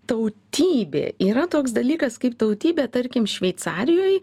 tautybė yra toks dalykas kaip tautybė tarkim šveicarijoj